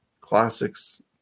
classics